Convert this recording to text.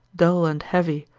dull and heavy,